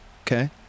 Okay